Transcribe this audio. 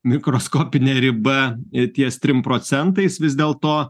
mikroskopinė riba ties trim procentais vis dėlto